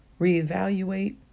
reevaluate